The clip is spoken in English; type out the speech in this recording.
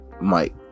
Mike